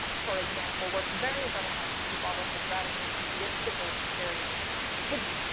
for example, worked very, very hard to keep all of his radical and athiestical materials hidden,